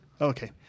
Okay